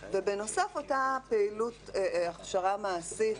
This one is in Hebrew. ובנוסף, אותה פעילות הכשרה מעשית